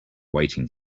waiting